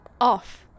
Off